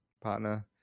partner